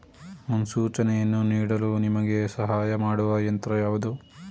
ಮುನ್ಸೂಚನೆಯನ್ನು ನೀಡಲು ನಿಮಗೆ ಸಹಾಯ ಮಾಡುವ ಯಂತ್ರ ಯಾವುದು?